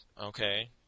Okay